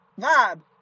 Vibe